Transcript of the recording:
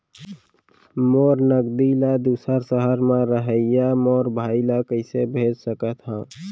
मोर नगदी ला दूसर सहर म रहइया मोर भाई ला कइसे भेज सकत हव?